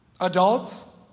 Adults